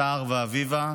סהר ואביבה,